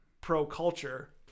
pro-culture